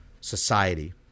society